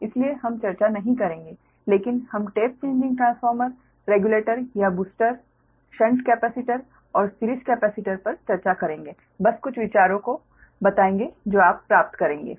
इसलिए हम चर्चा नहीं करेंगे लेकिन हम टेप चेंजिंग ट्रांसफार्मर रेगुलेटर या बूस्टर शंट कैपेसिटर और सिरीज़ केपेसिटर पर चर्चा करेंगे बस कुछ विचारों को बताएंगे जो आप प्राप्त करेंगे